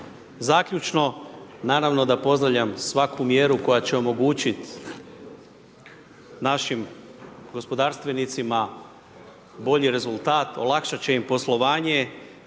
Zaključno, naravno da pozdravljam svaku mjeru koja će omogućiti našim gospodarstvenicima bolji rezultat, olakšati će im poslovanje